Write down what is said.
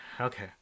Okay